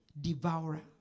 devourer